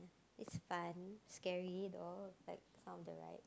is fun scary though like some of the ride